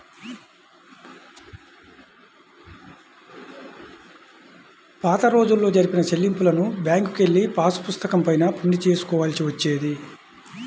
పాతరోజుల్లో జరిపిన చెల్లింపులను బ్యేంకుకెళ్ళి పాసుపుస్తకం పైన ప్రింట్ చేసుకోవాల్సి వచ్చేది